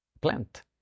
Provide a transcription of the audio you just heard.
plant